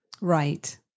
Right